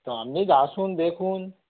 তো আপনি আসুন দেখুন